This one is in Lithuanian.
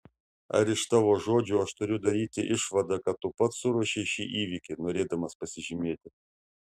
ar iš tavo žodžių aš turiu daryti išvadą kad tu pats suruošei šį įvykį norėdamas pasižymėti